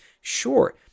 sure